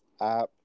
app